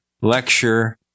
lecture